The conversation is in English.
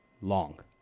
long